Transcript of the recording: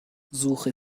suche